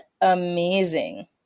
amazing